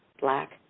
Black